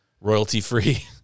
royalty-free